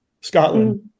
Scotland